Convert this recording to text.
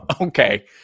Okay